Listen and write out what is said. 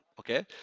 Okay